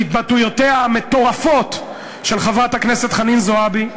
התבטאויותיה המטורפות של חברת הכנסת חנין זועבי,